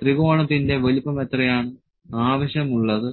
ത്രികോണത്തിന്റെ വലുപ്പം എത്രയാണ് ആവശ്യമുള്ളത്